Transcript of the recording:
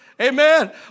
Amen